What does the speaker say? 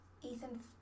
Ethan